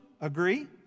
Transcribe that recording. Agree